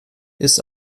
ist